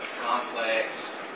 complex